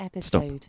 stop